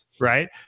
right